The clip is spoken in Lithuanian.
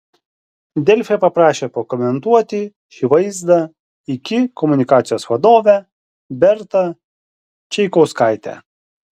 delfi paprašė pakomentuoti šį vaizdą iki komunikacijos vadovę bertą čaikauskaitę